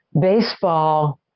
baseball